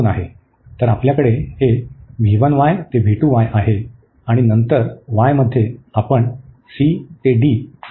तर आपल्याकडे हे ते आहे आणि नंतर y मध्ये आपण c ते d येथे जात आहोत